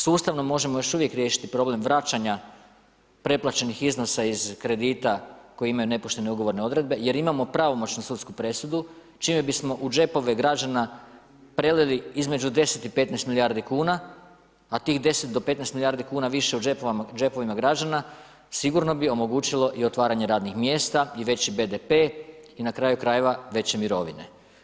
Sustavno možemo još uvijek riješiti problem vraćanja pretplaćenih iznosa iz kredita koji imaju nepoštene ugovorne odredbe jer imamo pravomoćnu sudsku presudu čime bismo u džepove građana prelili između 10 i 15 milijardi a tih 10 do 15 milijardi kuna više u džepovima građana, sigurno bi omogućilo i otvaranje radnih mjesta i veći BDP i na kraju krajeva, veće mirovine.